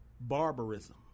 barbarism